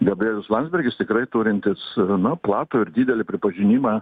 gabrielius landsbergis tikrai turintis na platų ir didelį pripažinimą